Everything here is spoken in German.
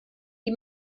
die